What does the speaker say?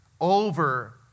over